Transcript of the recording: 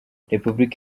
repubulika